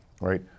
right